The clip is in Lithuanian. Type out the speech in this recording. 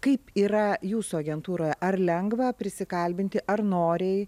kaip yra jūsų agentūroje ar lengva prisikalbinti ar noriai